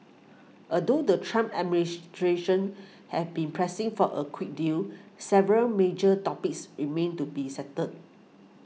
although the Trump administration have been pressing for a quick deal several major topics remain to be settled